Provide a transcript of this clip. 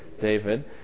David